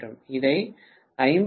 இதை 50 கே